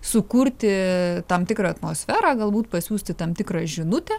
sukurti tam tikrą atmosferą galbūt pasiųsti tam tikrą žinutę